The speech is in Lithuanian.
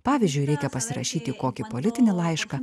pavyzdžiui reikia pasirašyti kokį politinį laišką